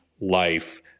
life